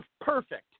perfect